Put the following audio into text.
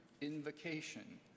invocation